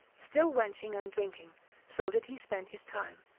still wenching and drinking so did he spend his time,